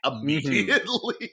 immediately